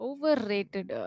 Overrated